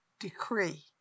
decree